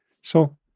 So-